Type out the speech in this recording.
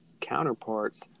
counterparts